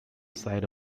side